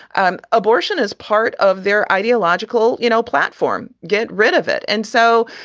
and abortion is part of their ideological you know, platform. get rid of it. and so,